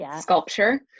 sculpture